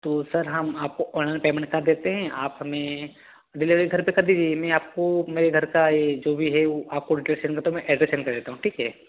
तो सर हम आपको ऑनलाइन पेमेंट कर देते हैं आप हमें डिलेवरी घर पर कर दीजिए मैं आपको मेरे घर का यह जो भी है वह आपको रिक्वेस्ट सेंड करता हूँ मैं आपको एड्रेस सेंड कर देता हूँ ठीक है